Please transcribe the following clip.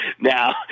Now